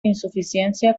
insuficiencia